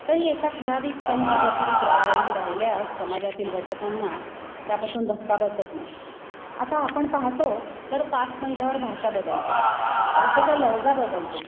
तरी एका ठराविक संथगतीने प्रवाही राहिल्यास समाजातील घटकांना त्यापासून धक्का बसत नाही आता आपण पाहतो तर पाच मैलावर भाषा बदलते भाषेचा लहेजा बदलतो